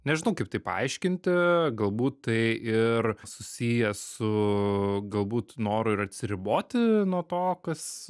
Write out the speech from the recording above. nežinau kaip tai paaiškinti galbūt tai ir susiję su galbūt noru ir atsiriboti nuo to kas